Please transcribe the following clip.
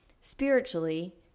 Spiritually